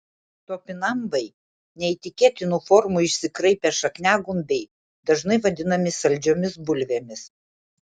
topinambai neįtikėtinų formų išsikraipę šakniagumbiai dažnai vadinami saldžiomis bulvėmis